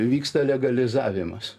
vyksta legalizavimas